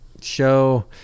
show